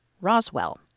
Roswell